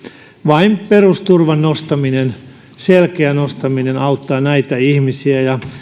vain perusturvan nostaminen selkeä nostaminen auttaa näitä ihmisiä ja